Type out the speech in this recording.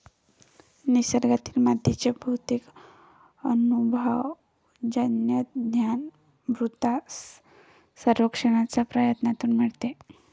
निसर्गातील मातीचे बहुतेक अनुभवजन्य ज्ञान मृदा सर्वेक्षणाच्या प्रयत्नांतून मिळते